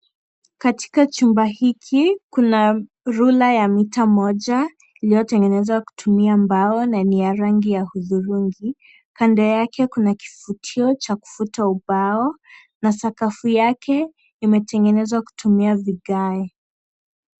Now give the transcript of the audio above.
Katika chumba hiki kuna rula ya mita moja iliyotengenezwa kutumia mbao na ni ya rangi ya hudhurungi. Kando yake kuna kivutio cha kufuta ubao. Na sakafu yake imetengenezwa kutumia vigae.